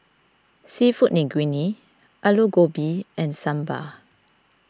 Seafood Linguine Alu Gobi and Sambar